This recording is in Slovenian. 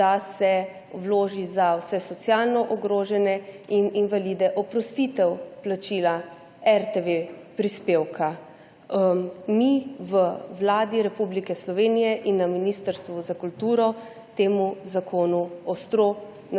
da se vloži za vse socialno ogrožene in invalide oprostitev plačila prispevka RTV. Mi v Vladi Republike Slovenije in na Ministrstvu za kulturo temu zakonu ostro